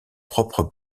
propre